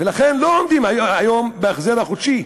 ולכן לא עומדים היום בהחזר החודשי.